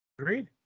Agreed